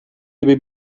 gibi